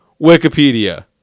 Wikipedia